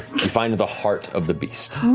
you find the the heart of the beast.